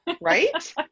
Right